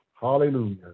Hallelujah